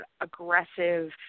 aggressive